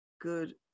good